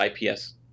IPS